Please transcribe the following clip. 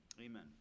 Amen